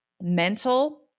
mental